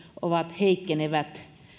ovat heikkenevät